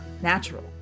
natural